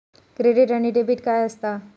Credit आणि debit काय असता?